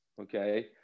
okay